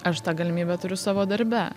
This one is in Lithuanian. aš tą galimybę turiu savo darbe